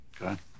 Okay